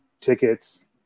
tickets